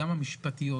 גם המשפטיות,